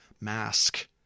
mask